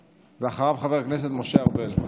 ואחריו, חבר הכנסת משה ארבל.